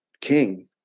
king